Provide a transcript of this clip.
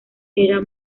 era